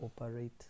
operate